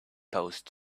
post